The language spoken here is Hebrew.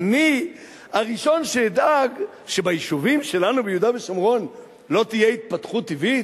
אני הראשון שאדאג שביישובים שלנו ביהודה ושומרון לא תהיה התפתחות טבעית?